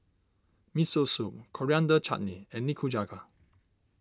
Miso Soup Coriander Chutney and Nikujaga